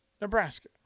Nebraska